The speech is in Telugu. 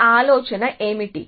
మీ ఆలోచన ఏమిటి